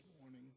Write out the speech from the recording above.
morning